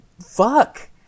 fuck